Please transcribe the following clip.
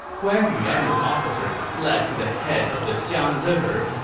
guan yu and his officers fled to the head of the xiang river.